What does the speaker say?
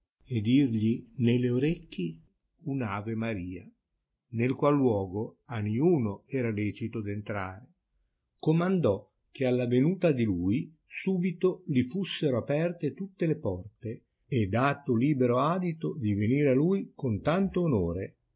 a dirgli nelle orecchi un are maria nel qual luogo a niuno era lecito d'entrare comandò che alla venuta di lui subito li fussero aperte tutte le porte e dato libero adito di venire a lui con tanto onore